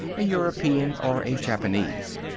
a european or a japanese.